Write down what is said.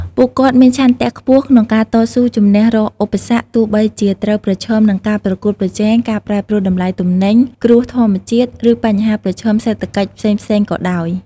ពួកគាត់មានឆន្ទៈខ្ពស់ក្នុងការ តស៊ូជំនះរាល់ឧបសគ្គ ទោះបីជាត្រូវប្រឈមនឹងការប្រកួតប្រជែង ការប្រែប្រួលតម្លៃទំនិញ គ្រោះធម្មជាតិ ឬបញ្ហាប្រឈមសេដ្ឋកិច្ចផ្សេងៗក៏ដោយ។